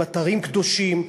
עם אתרים קדושים,